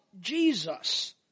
Jesus